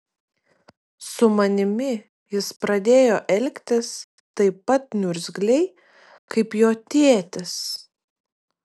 su manimi jis pradėjo elgtis taip pat niurzgliai kaip jo tėtis